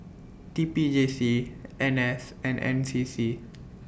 T P J C N S and N C C